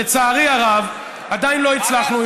לצערי הרב, עדיין לא הצלחנו,